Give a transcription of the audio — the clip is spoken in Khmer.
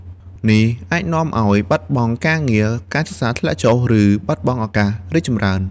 នេះអាចនាំឱ្យបាត់បង់ការងារ ការសិក្សាធ្លាក់ចុះ ឬបាត់បង់ឱកាសរីកចម្រើន។